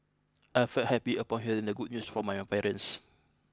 I felt happy upon hearing the good news from my parents